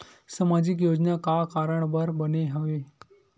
सामाजिक योजना का कारण बर बने हवे?